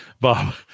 Bob